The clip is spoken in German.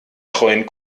treuen